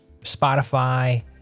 Spotify